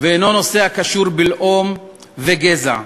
ואינו קשור בלאום וגזע.